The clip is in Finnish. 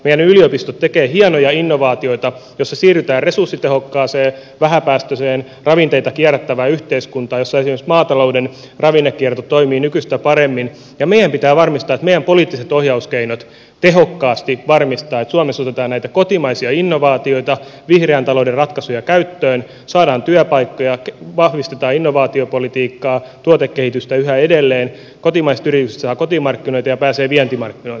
meidän yliopistot tekevät hienoja innovaatioita joissa siirrytään resurssitehokkaaseen vähäpäästöiseen ravinteita kierrättävään yhteiskuntaan jossa esimerkiksi maatalouden ravinnekierto toimii nykyistä paremmin ja meidän pitää varmistaa että meidän poliittiset ohjauskeinot tehokkaasti varmistavat että suomessa otetaan näitä kotimaisia innovaatioita vihreän talouden ratkaisuja käyttöön saadaan työpaikkoja vahvistetaan innovaatiopolitiikkaa tuotekehitystä yhä edelleen kotimaiset yritykset saavat kotimarkkinoita ja pääsevät vientimarkkinoille